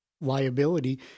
liability